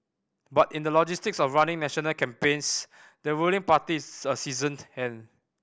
but in the logistics of running national campaigns the ruling party is a seasoned hand